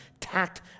tacked